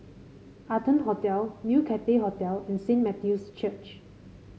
Arton Hotel New Cathay Hotel and Saint Matthew's Church